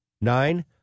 nine